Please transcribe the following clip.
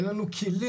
אין לנו כלים